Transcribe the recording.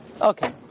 Okay